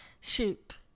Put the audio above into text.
Shoot